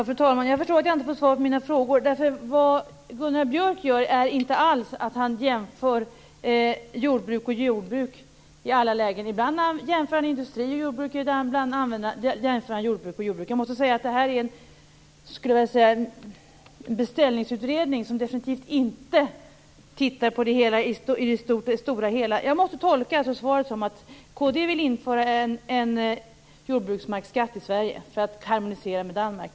Fru talman! Jag förstår att jag inte får svar på min frågor. Gunnar Björk jämför inte alls jordbruk och jordbruk i alla lägen. Ibland jämför han industri och jordbruk och ibland jordbruk och jordbruk. Jag skulle vilja säga att det här är en beställningsutredning som definitivt inte tittar på detta i det stora hela. Jag måste tolka svaret så att kd vill införa en jordbruksmarksskatt i Sverige för att harmonisera med Danmark.